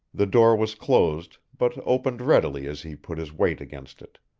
the door was closed, but opened readily as he put his weight against it.